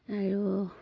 আৰু